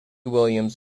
williams